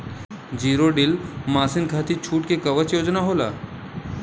Zero till machine खाती छूट के कवन योजना होला?